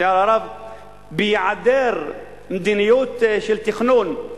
בהיעדר מדיניות של תכנון,